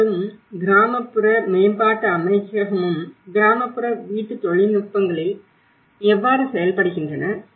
CBRIக்களும் கிராமப்புற மேம்பாட்டு அமைச்சகமும் கிராமப்புற வீட்டு தொழில்நுட்பங்களில் எவ்வாறு செயல்படுகின்றன